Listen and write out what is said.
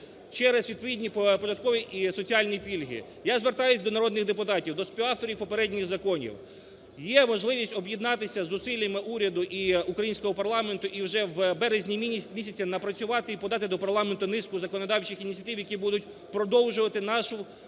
через відповідні податкові і соціальні пільги. Я звертаюсь до народних депутатів, до співавторів попередніх законів. Є можливість об'єднатися зусиллями уряду і українського парламенту, і вже в березні місяці напрацювати і подати до парламенту низку законодавчих ініціатив, які будуть продовжувати нашу